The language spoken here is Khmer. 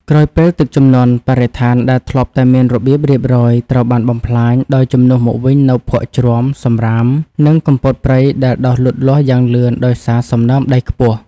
ក្រោយពេលទឹកជំនន់ បរិស្ថានដែលធ្លាប់តែមានរបៀបរៀបរយត្រូវបានបំផ្លាញ ដោយជំនួសមកវិញនូវភក់ជ្រាំ សម្រាម និងគុម្ពោតព្រៃដែលដុះលូតលាស់យ៉ាងលឿនដោយសារសំណើមដីខ្ពស់។